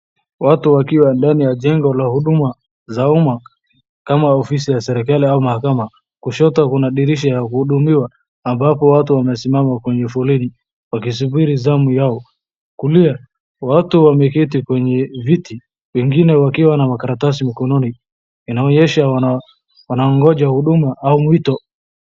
watu wakiwa ndani ya jeno la umma kama ofisi ya serikali au mahakama. Kushoto kuna dirisha ya kuhudumiwa ambapo watu wamesimam kwenye foleni wakisubiri zamu yao. Kulia wat wameketi kwenye viti wengine wakiwa na makaratasi mikononi inaonyesha wanaongoja huduma au mwito.